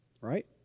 Right